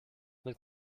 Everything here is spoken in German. mit